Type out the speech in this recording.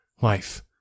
Life